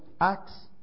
Acts